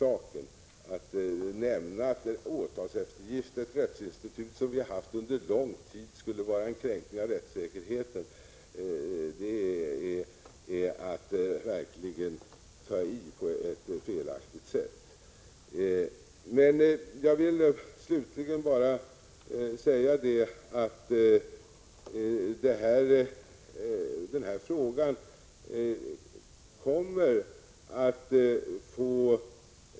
Att säga att åtalseftergift, ett rättsinstitut som vi har haft under lång tid, skulle vara en kränkning av rättssäkerheten, är verkligen att ta i på ett felaktigt sätt.